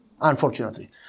Unfortunately